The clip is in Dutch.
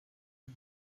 het